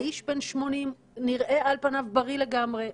האיש בן 80 ועל פניו הוא נראה לגמרי בריא.